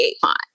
font